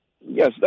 Yes